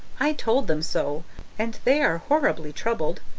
i told them so and they are horribly troubled.